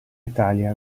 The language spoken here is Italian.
italia